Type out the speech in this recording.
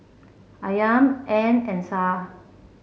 Iman Ain and Syah